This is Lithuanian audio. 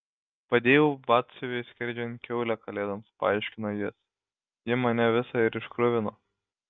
padėjau batsiuviui skerdžiant kiaulę kalėdoms paaiškino jis ji mane visą ir iškruvino